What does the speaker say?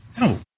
No